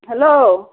hello